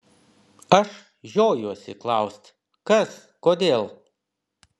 aš žiojuosi klaust kas kodėl